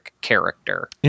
character